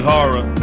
Horror